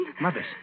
Mother's